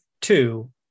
two